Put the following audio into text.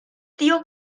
tio